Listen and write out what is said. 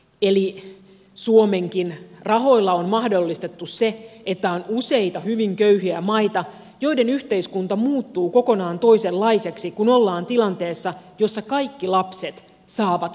eli suomenkin rahoilla on mahdollistettu se että on useita hyvin köyhiä maita joiden yhteiskunta muuttuu kokonaan toisenlaiseksi kun ollaan tilanteessa jossa kaikki lapset saavat peruskoulutuksen